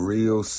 Real